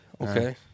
okay